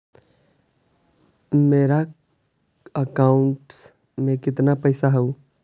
मेरा अकाउंटस में कितना पैसा हउ?